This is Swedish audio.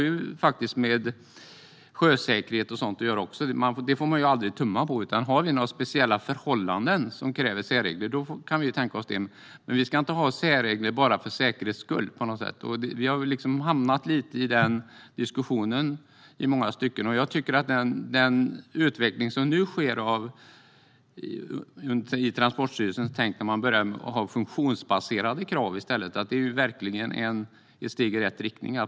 Det har med sjösäkerhet och sådant att göra, och det får man aldrig tumma på. Om vi har några speciella förhållanden som kräver särregler kan vi tänka oss det, men vi ska inte ha särregler bara för säkerhets skull. Vi har hamnat i den diskussionen i många stycken. Jag tycker att den utveckling som nu sker i Transportstyrelsens tänk, där man börjar ha funktionsbaserade krav i stället, verkligen är ett steg i rätt riktning.